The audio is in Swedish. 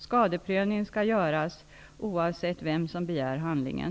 Skadeprövningen skall göras oavsett vem som begär handlingen.